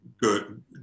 good